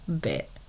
bit